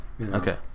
okay